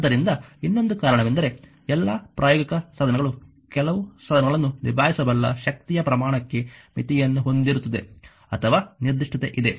ಆದ್ದರಿಂದ ಇನ್ನೊಂದು ಕಾರಣವೆಂದರೆ ಎಲ್ಲಾ ಪ್ರಾಯೋಗಿಕ ಸಾಧನಗಳು ಕೆಲವು ಸಾಧನಗಳನ್ನು ನಿಭಾಯಿಸಬಲ್ಲ ಶಕ್ತಿಯ ಪ್ರಮಾಣಕ್ಕೆ ಮಿತಿಯನ್ನು ಹೊಂದಿರುತ್ತವೆ ಅಥವಾ ನಿರ್ದಿಷ್ಟತೆಯಿದೆ